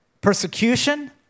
persecution